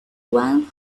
one